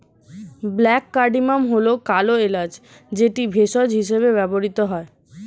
black cardamom হল কালো এলাচ যেটি ভেষজ হিসেবে ব্যবহৃত হয়